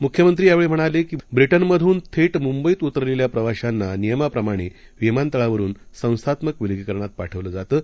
मुख्यमंत्री यावेळी म्हणाले ब्रिटनमधून थेट मुंबईत उतरलेल्या प्रवाशांना नियमाप्रमाणे विमानतळावरून संस्थात्मक विलगीकरणात पाठवलं जातं